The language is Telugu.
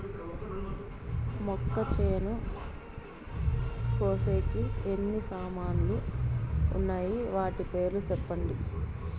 మొక్కచేను కోసేకి ఎన్ని సామాన్లు వున్నాయి? వాటి పేర్లు సెప్పండి?